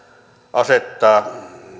asettaa